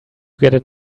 get